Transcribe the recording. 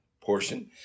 portion